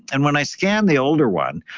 and when i scanned the older one,